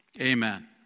Amen